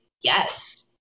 yes